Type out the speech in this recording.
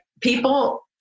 People